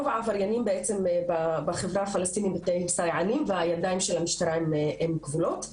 רוב העבריינים בחברה הפלשתינאית הם סייענים והידיים של המשטרה כבולות.